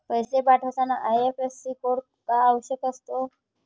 पैसे पाठवताना IFSC code का आवश्यक असतो?